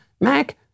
Mac